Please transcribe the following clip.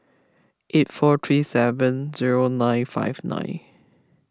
eight four three seven zero nine five nine